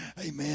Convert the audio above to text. amen